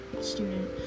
student